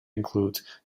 include